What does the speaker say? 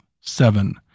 seven